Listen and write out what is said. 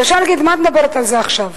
אפשר להגיד: מה את מדברת על זה עכשיו?